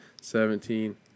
Seventeen